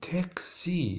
Taxi